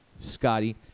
Scotty